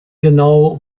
genau